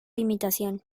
imitación